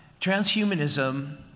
transhumanism